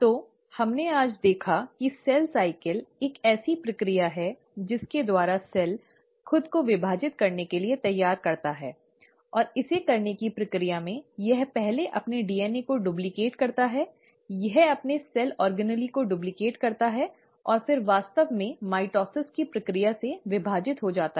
तो हमने आज देखा कि सेल साइकिल एक ऐसी प्रक्रिया है जिसके द्वारा सेल खुद को विभाजित करने के लिए तैयार करता है और इसे करने की प्रक्रिया में यह पहले अपने डीएनए को डुप्लीकेट करता है यह अपने सेल ऑर्गेनेल को डुप्लीकेट करता है और फिर यह वास्तव में माइटोसिस की प्रक्रिया में विभाजित हो जाता है